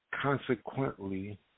consequently